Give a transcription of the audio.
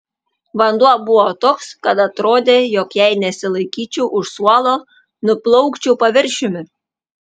vanduo buvo toks kad atrodė jog jei nesilaikyčiau už suolo nuplaukčiau paviršiumi